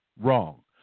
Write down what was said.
wrong